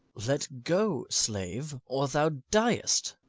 let go, slave, or thou diest!